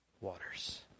waters